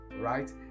right